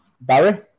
Barry